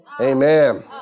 Amen